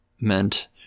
meant